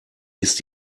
ist